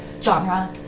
genre